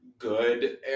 good